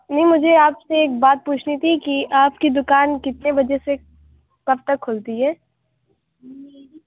نہیں مجھے آپ سے ایک بات پوچھنی تھی کہ آپ کی دُکان کتنے بجے سے کب تک کُھلتی ہے